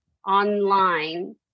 online